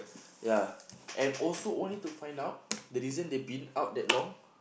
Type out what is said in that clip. ya and also only to find out the reason they been out that long